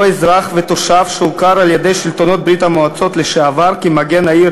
או אזרח ותושב שהוכר על-ידי שלטונות ברית-המועצות לשעבר כמגן העיר